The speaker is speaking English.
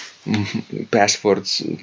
Passwords